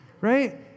right